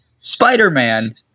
Spider-Man